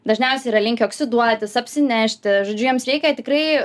dažniausiai yra linkę oksiduotis apsinešti žodžiu jiems reikia tikrai